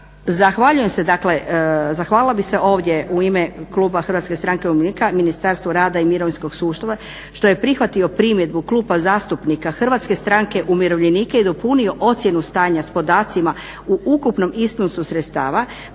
zahvalila bih se ovdje u ime kluba Hrvatske stranke umirovljenika Ministarstvu rada i mirovinskog sustava što je prihvatio primjedbu kluba zastupnika Hrvatske stranke umirovljenika i dopunio ocjenu stanja s podacima o ukupnom iznosu sredstava,